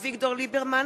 אביגדור ליברמן,